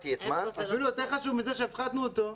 אפילו יותר חשוב מזה שהפחתנו אותו,